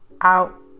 out